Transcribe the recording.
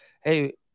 hey